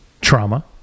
trauma